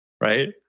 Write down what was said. right